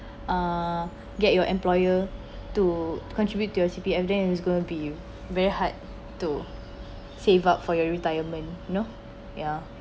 err get your employer to contribute to your C_P_F then it's gonna to be very hard to save up for your retirement you know ya